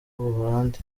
buholandi